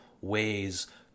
ways